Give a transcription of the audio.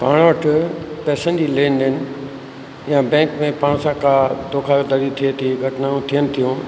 पाण वटि पैसनि जी लेन देन या बैंक में पाण सां का धोखाधड़ी थे ती घटनाऊं थियनि थियूं